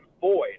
void